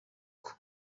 uko